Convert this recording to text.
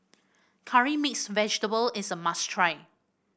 Curry Mixed Vegetable is a must try